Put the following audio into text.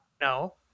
No